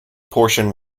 portion